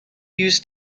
used